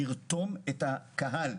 לרתום את הקהל,